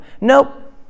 Nope